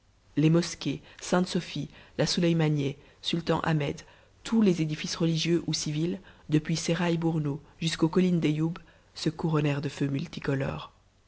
les mosquées sainte sophie la suleïmanièh sultan ahmed tous les édifices religieux ou civils depuis seraï burnou jusqu'aux collines d'eyoub se couronnèrent de feux multicolores